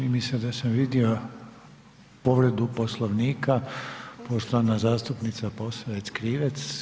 Čini mi se da sam vidio povredu Poslovnika, poštovana zastupnica Posavec-Krivec.